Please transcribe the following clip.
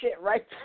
right